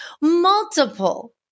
multiple